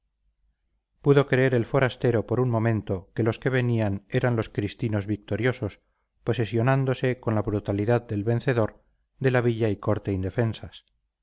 pudo creer el forastero por un momento que los que venían eran los cristinos victoriosos posesionándose con la brutalidad del vencedor de la villa y corte indefensas